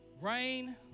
Rain